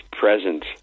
present